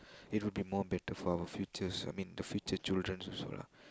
it'll be more better for our futures I mean the future children also lah